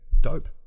Dope